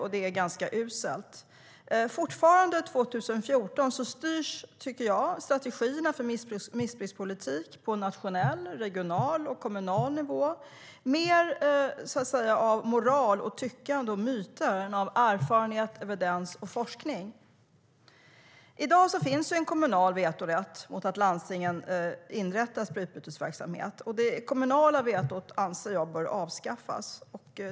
Det är ganska uselt. Jag tycker att strategierna för missbrukspolitik på nationell, regional och kommunal nivå fortfarande i dag 2014 styrs mer av moral, tyckande och myter än av erfarenhet, evidens och forskning. I dag finns det en kommunal vetorätt mot att landstingen inrättar sprututbytesverksamhet, och det kommunala vetot anser jag bör avskaffas.